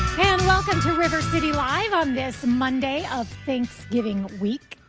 and welcome to river city live on this monday of thanksgiving week.